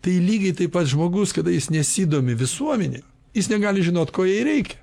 tai lygiai taip pat žmogus kada jis nesidomi visuomene jis negali žinot ko jai reikia